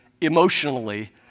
emotionally